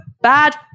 bad